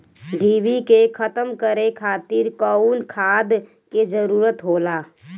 डिभी के खत्म करे खातीर कउन खाद के जरूरत होला?